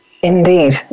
indeed